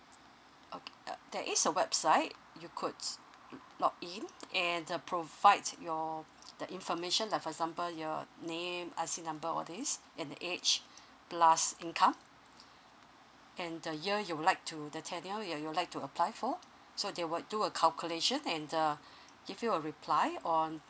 okay uh there is a website you could log in and uh provides your the information lah for example your name I_C number all these and age plus income and the year you would like to the tenure you would like to apply for so they will do a calculation and uh give you a reply on